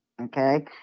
Okay